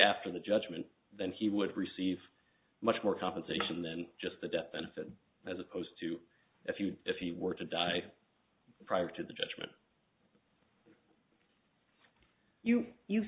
after the judgment then he would receive much more compensation than just the death benefit as opposed to if you if you were to die prior to the judgment you you